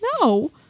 No